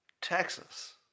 Texas